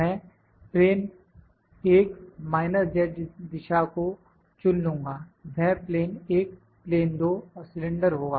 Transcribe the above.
मैं प्लेन एक minus z दिशा को चुन लूंगा वह प्लेन 1 प्लेन 2 और सिलेंडर होगा